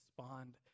respond